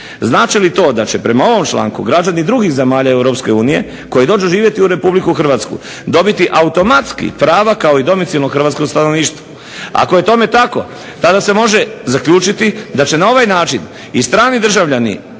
Znači li to da će prema ovom članku građani drugih zemalja Europske unije koji dođu živjeti u Republiku Hrvatsku dobiti automatski prava kao i domicilno hrvatsko stanovništvo. Ako je tome tako tada se može zaključiti da će na ovaj način i strani državljani